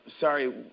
sorry